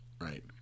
Right